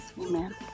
Amen